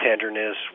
tenderness